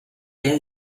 der